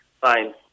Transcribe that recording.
fine